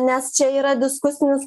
nes čia yra diskusinis